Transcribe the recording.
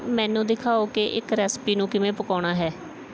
ਮੈਨੂੰ ਦਿਖਾਓ ਕਿ ਇੱਕ ਰੈਸਿਪੀ ਨੂੰ ਕਿਵੇਂ ਪਕਾਉਣਾ ਹੈ